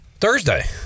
Thursday